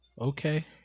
okay